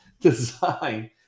Design